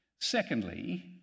Secondly